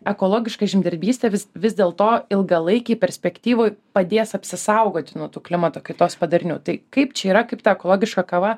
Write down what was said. ekologiška žemdirbystė vis vis dėl to ilgalaikėj perspektyvoj padės apsisaugoti nuo tų klimato kaitos padarinių tai kaip čia yra kaip ta ekologiška kava